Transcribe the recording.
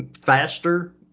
Faster